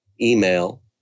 email